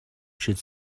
should